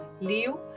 Leo